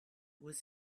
was